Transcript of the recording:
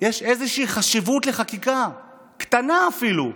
איזושהי חשיבות לחקיקה, קטנה אפילו.